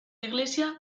iglesia